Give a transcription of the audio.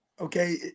okay